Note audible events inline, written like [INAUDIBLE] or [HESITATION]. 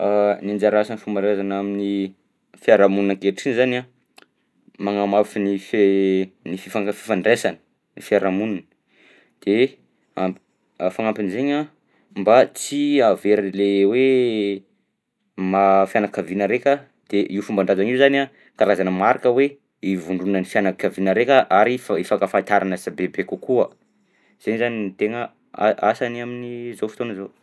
[HESITATION] Ny anjara asan'ny fomban-drazana amin'ny fiarahamonina ankehitriny zany a magnamafy ny fie- ny fifank- fifandraisana ny fiarahamonina de am- a fagnampin'zaigny a mba tsy hahavery le hoe maha-fianakaviana araika de io fomban-drazana io zany a karazana marika hoe ivondronan'ny fianakaviana raika ary if- ifakantarana sibebe kokoa zay zany no tegna a- asany amin'ny zao fotoana zao.